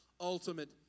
ultimate